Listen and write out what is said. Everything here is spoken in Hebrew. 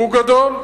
והוא גדול.